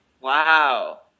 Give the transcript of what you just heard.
Wow